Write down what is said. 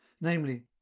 namely